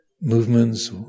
movements